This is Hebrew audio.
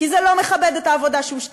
כי זה לא מכבד את העבודה שהושקעה,